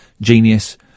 genius